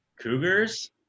cougars